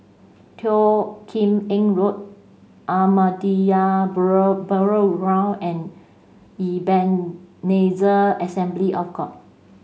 Teo Kim Eng Road Ahmadiyya Burial Round and Ebenezer Assembly of God